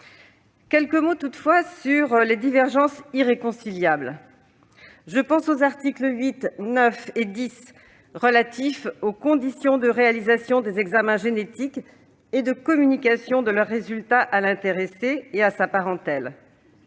longuement débattu. Les divergences irréconciliables concernent les articles 8, 9 et 10, relatifs aux conditions de réalisation des examens génétiques et de communication de leurs résultats à l'intéressé et à sa parentèle,